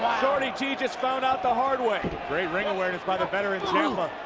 shorty g just found out the hard way. great ring awareness by the veteran, ciampa.